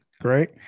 great